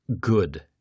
good